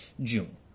June